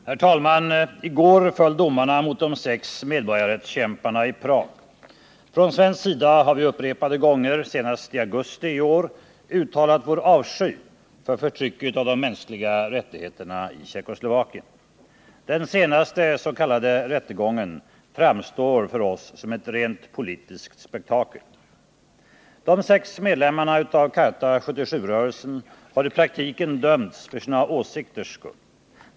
Herr talman! I går föll domarna mot de sex medborgarrättsförkämparna i Prag. Från svenskt håll har vi upprepade gånger, senast i augusti i år, uttalat vår avsky för förtrycket av de mänskliga rättigheterna i Tjeckoslovakien. Den senaste s.k. rättegången framstår för oss som ett rent politiskt spektakel. De sex medlemmarna av Charta 77-rörelsen har i praktiken dömts för sina åsikters skull.